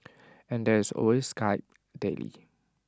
and there is always Skype daily